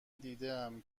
دیدهام